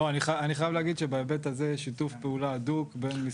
אני חייב להגיד שבמקרה הזה יש שיתוף פעולה הדוק בין משרד האוצר.